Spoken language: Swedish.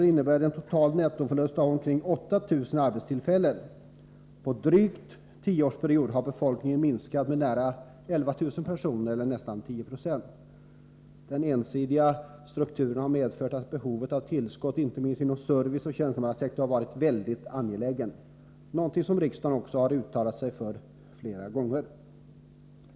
Det innebär en total nettoförlust på omkring 8 000 arbetstillfällen. På drygt tio år har befolkningen minskat med nära 11 000 personer eller nästan 1096. Den ensidiga strukturen har medfört att tillskott, inte minst inom serviceoch tjänstemannasektorn, varit mycket angeläget, någonting som riksdagen också har uttalat sig för flera gånger.